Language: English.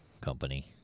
company